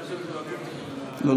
--- לא,